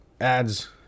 ads